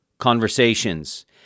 conversations